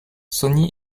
sonny